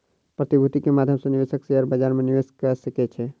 प्रतिभूति के माध्यम सॅ निवेशक शेयर बजार में निवेश कअ सकै छै